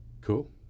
Cool